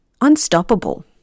unstoppable